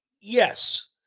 yes